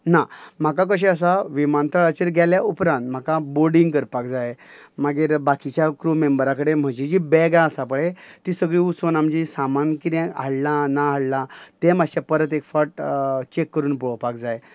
ना म्हाका कशें आसा विमानतळाचेर गेल्या उपरांत म्हाका बोर्डींग करपाक जाय मागीर बाकीच्या क्रू मेंबरा कडेन म्हजी जी बॅगां आसा पळय ती सगळीं उसोन आमची सामान कितें हाडलां ना हाडलां तें मातशे परत एक फावट चेक करून पळोवपाक जाय